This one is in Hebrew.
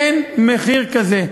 אין מחיר כזה.